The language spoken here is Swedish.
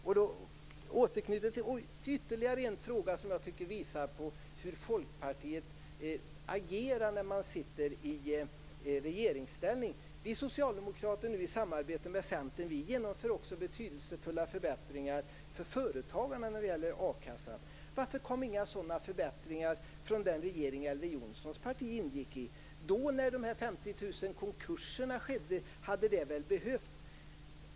Jag vill återknyta till ytterligare en fråga som visar på Folkpartiets agerande i regeringsställning. När vi socialdemokrater samarbetar med Centern genomför vi också betydelsefulla förbättringar för företagarna när det gäller a-kassan. Varför kom inga sådana förbättringar från den regering som Elver Jonssons parti ingick i? Det hade behövts när det var 50 000 konkurser.